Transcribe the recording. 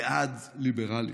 בעד ליברליות.